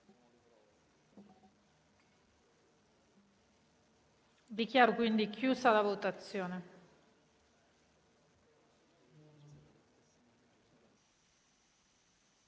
Dichiaro chiusa la votazione.